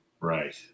Right